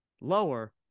lower